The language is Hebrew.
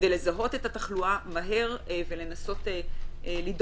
כדי לזהות את התחלואה מהר ולנסות לדאוג